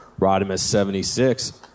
Rodimus76